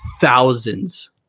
thousands